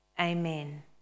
amen